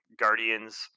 guardians